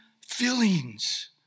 feelings